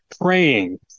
praying